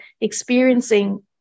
experiencing